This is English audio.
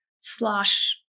slosh